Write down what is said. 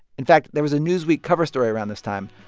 in fact, there was a newsweek cover story around this time,